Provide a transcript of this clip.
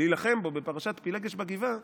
להילחם בו בפרשת פילגש בגבעה,